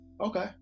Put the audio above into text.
okay